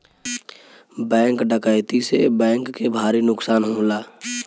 bank डकैती से bank के भारी नुकसान होला